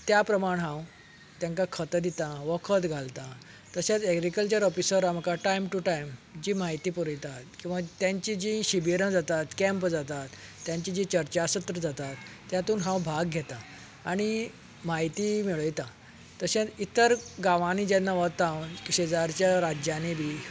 त्या प्रमाण हांव तेंकां खत दिता वखद घालता तशेंच एग्रीकल्चर ऑफिसरां म्हाका टायम टू टायम म्हायती पुरयतात किंवा तेंची जीं शिबिरां जातात कॅम्प जातात तेंची जीं चर्चा सर्त जातात तेंतून हांव भाग घेता आनी म्हायती मेळयता तशेंच इतर गांवानी जेन्ना वता हांव शेजारच्या राज्यांनी बी